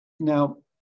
Now